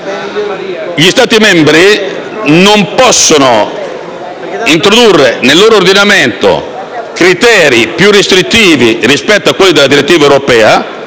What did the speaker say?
gli Stati membri non possono introdurre nel loro ordinamento criteri più restrittivi rispetto a quelli dettati dalla direttiva europea